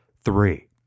three